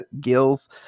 Gills